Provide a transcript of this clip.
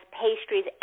pastries